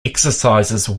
exercises